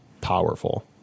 powerful